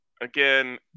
again